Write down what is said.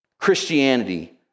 Christianity